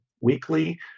weekly